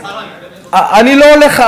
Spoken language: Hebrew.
אני לא הולך,